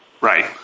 Right